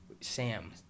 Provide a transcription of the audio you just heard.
Sam